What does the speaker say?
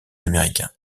américain